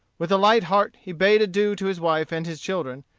with a light heart he bade adieu to his wife and his children,